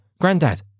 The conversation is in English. granddad